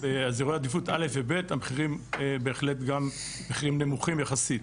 ובאזורי עדיפות א' וב' המחירים בהחלט גם מחירים נמוכים יחסית.